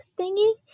thingy